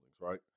right